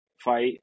fight